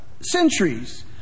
centuries